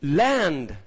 land